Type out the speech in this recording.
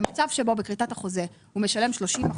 במצב שבו בכריתת החוזה הוא משלם 30%,